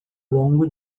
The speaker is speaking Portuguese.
longo